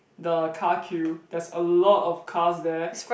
the car queue there's a lot of cars there